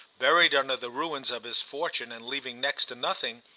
buried under the ruins of his fortune and leaving next to nothing,